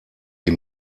die